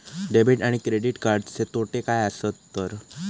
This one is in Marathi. डेबिट आणि क्रेडिट कार्डचे तोटे काय आसत तर?